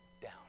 down